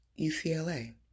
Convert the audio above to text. UCLA